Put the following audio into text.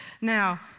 Now